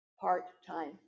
part-time